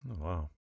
wow